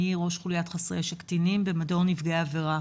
אני ראש חוליית חסרי ישע-קטינים במדור נפגעי עבירה.